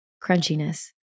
crunchiness